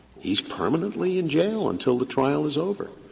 he's permanently in jail until the trial is over.